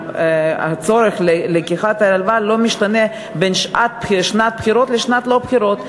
הצורך בלקיחת ההלוואה לא משתנה בין שנת בחירות לבין שנה ללא בחירות.